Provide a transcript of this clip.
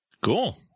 Cool